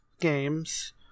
games